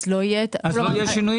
אז לא יהיה --- אז לא יהיו שינויים?